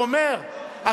הוא עושה השוואות, למה?